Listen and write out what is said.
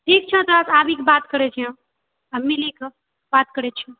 ठीक छौ तब आबीके बात करै छिऔ मिली कऽ बात करै छिऔ